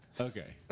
Okay